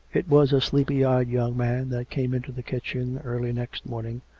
it was a sleepy-eyed young man that came into the kitchen early next morning,